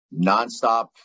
nonstop